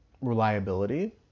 reliability